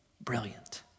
brilliant